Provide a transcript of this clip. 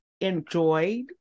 enjoyed